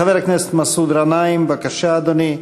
חבר הכנסת מסעוד גנאים, בבקשה, אדוני.